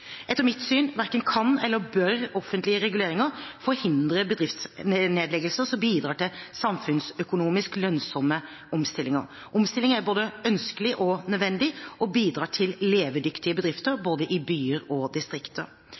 Etter mitt syn verken kan eller bør offentlige reguleringer forhindre bedriftsnedleggelser som bidrar til samfunnsøkonomisk lønnsomme omstillinger. Omstilling er både ønskelig og nødvendig, og bidrar til levedyktige bedrifter